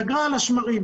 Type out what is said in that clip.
דגרה על השמרים.